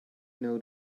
know